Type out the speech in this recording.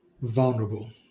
vulnerable